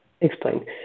explain